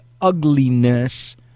ugliness